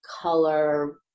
color